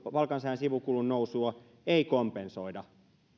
palkansaajan sivukulun nousua ei kompensoida